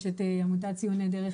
יש את עמותת "ציוני דרך",